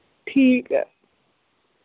ठीक ऐ